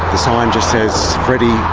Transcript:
sign just says, freddy